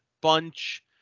bunch